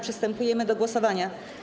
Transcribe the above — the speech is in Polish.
Przystępujemy do głosowania.